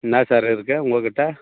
என்ன சார் இருக்குது உங்ககிட்ட